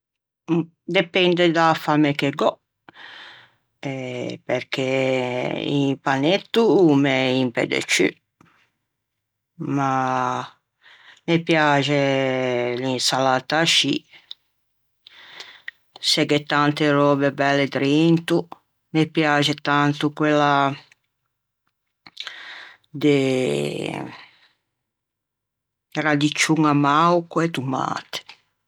Depende da-a famme che gh'ò eh perché un panetto o me impe de ciù ma me piaxe l'insalatta ascì se gh'é tante röbe belle drento me piaxe tanto quella de radiccion amao co-e tomate.